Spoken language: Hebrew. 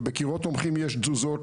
ובקירות תומכים יש תזוזות,